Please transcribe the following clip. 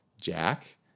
Jack